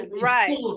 right